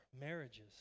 marriages